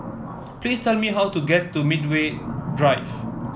please tell me how to get to Medway Drive